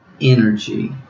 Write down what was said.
energy